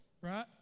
right